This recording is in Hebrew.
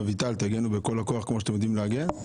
תגנו בכל הכוח כמו שאתם יודעים להגן.